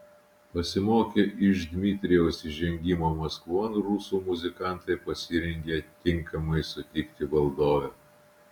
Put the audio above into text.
pasimokę iš dmitrijaus įžengimo maskvon rusų muzikantai pasirengė tinkamai sutikti valdovę